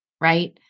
right